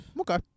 Okay